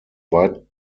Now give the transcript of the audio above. weitgehend